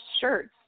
shirts